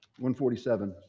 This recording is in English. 147